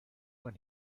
when